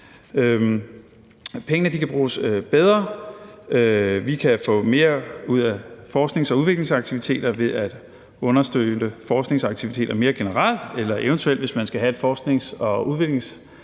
Pengene kan bruges bedre. Vi kan få mere ud af forsknings- og udviklingsaktiviteterne ved at understøtte forskningsaktiviteter mere generelt. Hvis man skal have et forsknings- og udviklingsfradrag,